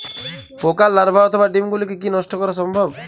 পোকার লার্ভা অথবা ডিম গুলিকে কী নষ্ট করা সম্ভব?